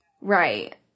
right